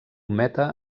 meta